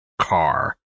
car